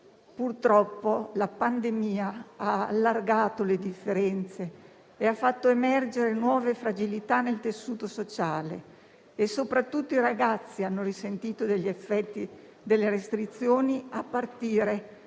Purtroppo la pandemia ha allargato le differenze e ha fatto emergere nuove fragilità nel tessuto sociale. Soprattutto i ragazzi hanno risentito degli effetti delle restrizioni, a partire